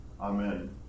Amen